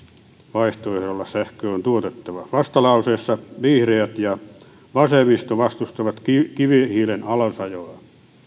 vaihtoehdolla sähköä on tuotettava vastalauseessa vihreät ja vasemmisto vastustavat kivihiilen alasajoa